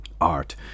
art